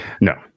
No